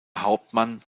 hauptmann